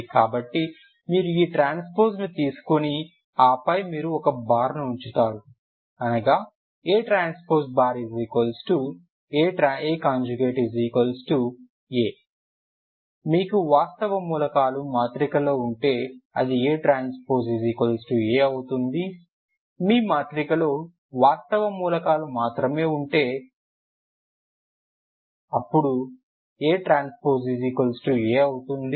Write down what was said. కాబట్టి మీరు ఈ ట్రాన్స్పోజ్ ను తీసుకుని ఆపై మీరు ఒక బార్ను ఉంచుతారు అనగా ATAA మీకు వాస్తవ మూలకాలు మాత్రిక లో ఉంటే అది ATA అవుతుంది మీ మాత్రికలో వాస్తవ మూలకాలు మాత్రమే ఉంటే అపుడు ATA అవుతుంది